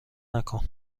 نکن